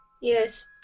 Yes